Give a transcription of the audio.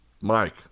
Mike